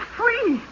free